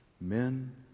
Men